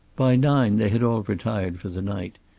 by nine they had all retired for the night.